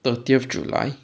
thirtieth july